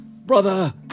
Brother